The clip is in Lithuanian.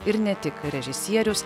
ir ne tik režisierius